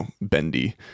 bendy